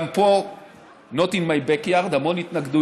גם פה Not In My Back Yard: המון התנגדויות.